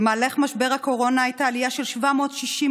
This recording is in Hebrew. במהלך משבר הקורונה הייתה עלייה של 760%